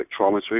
spectrometry